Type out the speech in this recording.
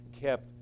Kept